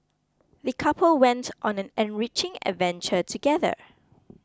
the couple went on an enriching adventure together